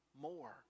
more